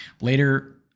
Later